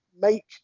Make